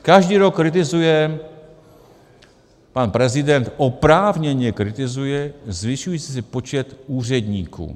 Každý rok kritizuje pan prezident, oprávněně kritizuje, zvyšující se počet úředníků.